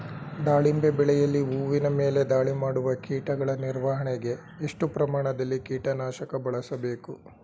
ದಾಳಿಂಬೆ ಬೆಳೆಯಲ್ಲಿ ಹೂವಿನ ಮೇಲೆ ದಾಳಿ ಮಾಡುವ ಕೀಟಗಳ ನಿರ್ವಹಣೆಗೆ, ಎಷ್ಟು ಪ್ರಮಾಣದಲ್ಲಿ ಕೀಟ ನಾಶಕ ಬಳಸಬೇಕು?